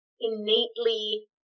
innately